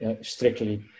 strictly